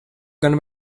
gan